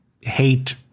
hate